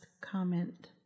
comment